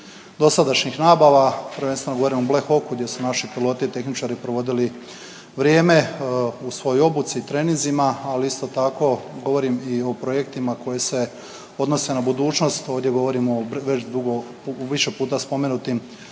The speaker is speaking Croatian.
dosadašnjih nabava, prvenstveno govorim o Black Hawk-u gdje su naši piloti i tehničari provodili vrijeme u svojoj obuci, treninzima, ali isto tako govorim i o projektima koji se odnose na budućnost, ovdje govorimo o, već dugo, u više puta spomenutim